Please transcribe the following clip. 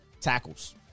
tackles